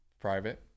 private